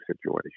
situation